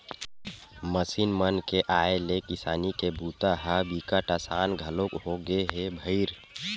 machine मन के आए ले किसानी के बूता ह बिकट असान घलोक होगे हे भईर